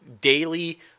daily